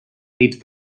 nit